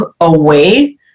away